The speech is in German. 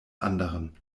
anderen